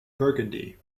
burgundy